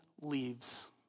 leaves